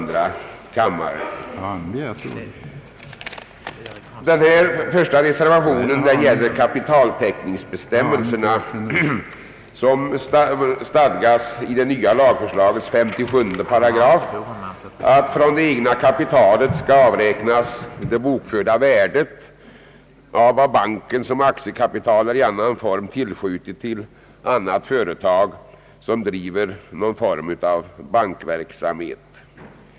Den reservationen gäller kapitaltäckningsbestämmelserna enligt 57 § i förslaget till ändring i lagen om bankrörelse, nämligen att från det egna kapitalet skall avräknas det bokförda värdet av vad banken som aktiekapital eller i annan form tillskjutit till annat företag, som driver någon form av bankverksamhet.